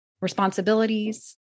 responsibilities